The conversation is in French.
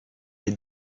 les